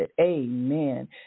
Amen